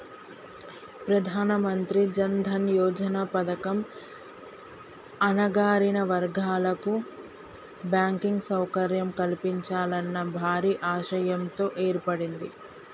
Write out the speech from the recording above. ప్రధానమంత్రి జన్ దన్ యోజన పథకం అణగారిన వర్గాల కు బ్యాంకింగ్ సౌకర్యం కల్పించాలన్న భారీ ఆశయంతో ఏర్పడింది